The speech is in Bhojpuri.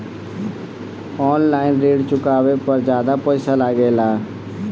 आन लाईन ऋण चुकावे पर ज्यादा पईसा लगेला?